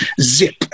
zip